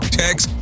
text